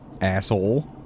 asshole